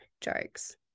jokes